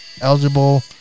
eligible